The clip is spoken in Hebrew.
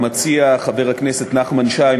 המציע חבר הכנסת נחמן שי,